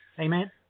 Amen